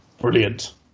Brilliant